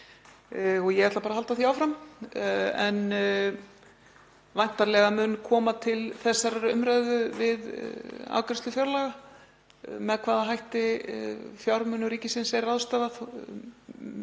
og ég ætla bara að halda því áfram. En væntanlega mun koma til þessarar umræðu við afgreiðslu fjárlaga, með hvaða hætti fjármunum ríkisins er ráðstafað.